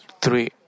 three